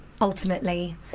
ultimately